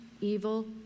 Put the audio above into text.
evil